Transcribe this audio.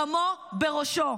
דמו בראשו.